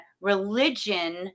religion